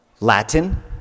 Latin